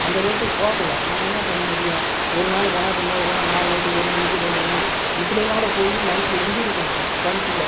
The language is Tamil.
அந்த ரேட்டு போகலை நாங்கள் என்ன பண்ண முடியும் ஒரு நாள் போகலாம் ரெண்டு நாள் போகலாம் நாளை நைட்டு ஒரு மணிக்கு ரெண்டு மணிக்கு இப்படி எல்லாம் கூட போய் நைட்டில் இருந்துருக்கிறோம் கமிட்டியில்